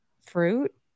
fruit